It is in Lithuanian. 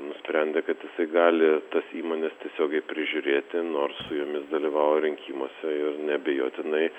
nusprendė kad jisai gali tas įmones tiesiogiai prižiūrėti nors su jomis dalyvauja rinkimuose ir neabejotinai